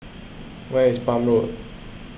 where is Palm Road